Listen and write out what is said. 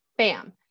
Bam